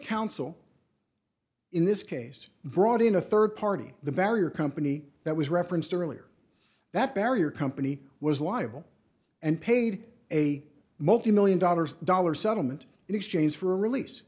counsel in this case brought in a rd party the barrier company that was referenced earlier that barrier company was liable and paid a multi one million dollars dollar settlement in exchange for a release